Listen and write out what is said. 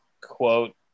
quote